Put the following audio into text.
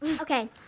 Okay